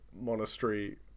monastery